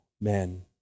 men